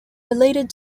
related